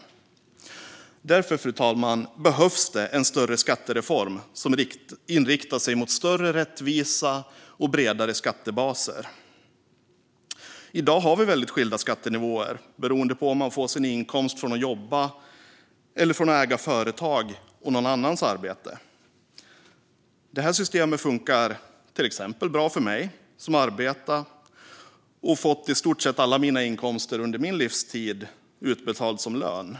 Det behövs därför, fru talman, en större skattereform som är inriktad mot större rättvisa och bredare skattebaser. I dag har vi väldigt skilda skattenivåer beroende på om man får sin inkomst från att jobba eller från att äga företag och någon annans arbete. Det systemet fungerar till exempel bra för mig som arbetat och fått i stort sett alla mina inkomster under min livstid utbetalda som lön.